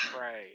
Right